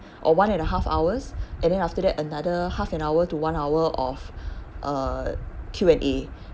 or one and a half hours and then after that another half an hour to one hour of uh Q&A